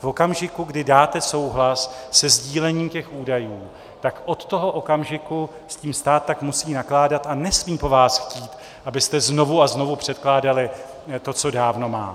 V okamžiku, kdy dáte souhlas se sdílením těch údajů, tak od toho okamžiku s tím stát tak musí nakládat a nesmí po vás chtít, abyste znovu a znovu předkládali to, co dávno má.